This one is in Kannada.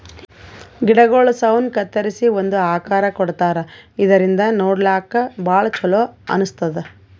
ಗಿಡಗೊಳ್ ಸೌನ್ ಕತ್ತರಿಸಿ ಒಂದ್ ಆಕಾರ್ ಕೊಡ್ತಾರಾ ಇದರಿಂದ ನೋಡ್ಲಾಕ್ಕ್ ಭಾಳ್ ಛಲೋ ಅನಸ್ತದ್